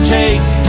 take